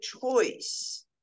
choice